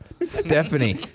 Stephanie